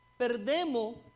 perdemos